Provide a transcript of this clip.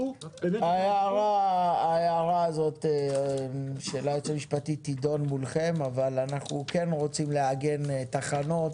ההערה של היועץ המשפטי תידון מולכם אבל אנו כן רוצים לעגן תחנות